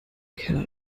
keller